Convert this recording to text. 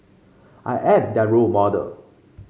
I am their role model